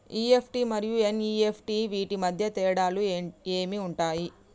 EFT మరియు N E F T వీటి మధ్య తేడాలు ఏమి ఉంటాయి?